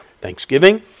Thanksgiving